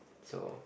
so